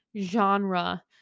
genre